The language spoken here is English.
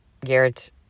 Garrett